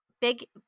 Big